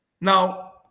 Now